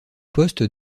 poste